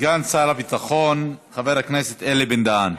סגן שר הביטחון חבר הכנסת אלי בן-דהן.